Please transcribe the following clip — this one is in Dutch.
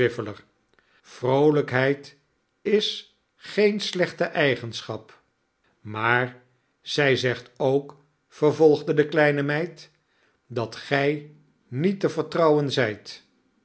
vroolijkheid is geene slechte eigenschap maar zij zegt ook vervolgdede kleine meid dat gij niet te vertrouwen zijt